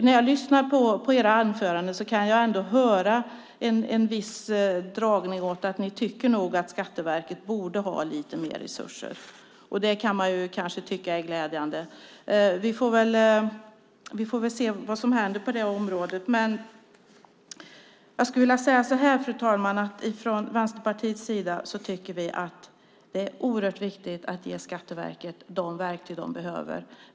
När jag lyssnar på era anföranden kan jag höra en viss dragning till att ni nog tycker att Skatteverket borde ha lite mer resurser. Det kan man kanske tycka är glädjande. Vi får se vad som händer på området. Fru talman! Från Vänsterpartiets sida tycker vi att det är oerhört viktigt att ge Skatteverket de verktyg det behöver.